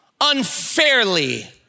unfairly